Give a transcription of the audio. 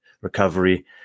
recovery